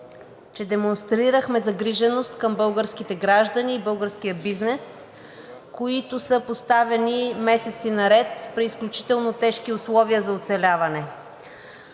че демонстрирахме загриженост към българските граждани и българския бизнес, които са поставени месеци наред при изключително тежки условия за оцеляване.